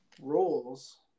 roles